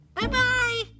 Bye-bye